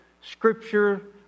scripture